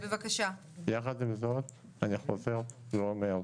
יחד עם זאת, אני חוזר ואומר: